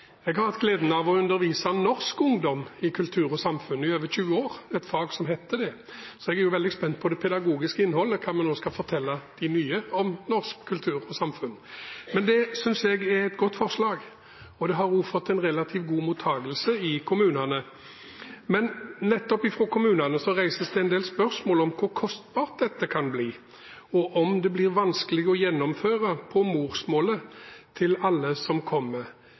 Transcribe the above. Jeg har hatt gleden av å undervise norsk ungdom i kultur og samfunn i over 20 år – det er fag som heter det – så jeg er veldig spent på det pedagogiske innholdet, hva vi nå skal fortelle de nye om norsk kultur og samfunn. Men jeg synes det er et godt forslag, og det har også fått en relativt god mottakelse i kommunene. Men nettopp fra kommunene reises det en del spørsmål om hvor kostbart dette vil bli, og om det blir vanskelig å gjennomføre på morsmålet til alle som kommer.